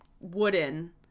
wooden